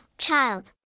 Child